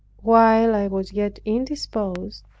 while i was yet indisposed,